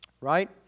Right